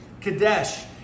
Kadesh